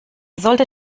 sollte